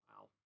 Wow